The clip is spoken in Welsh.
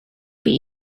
bydd